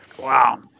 Wow